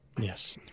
yes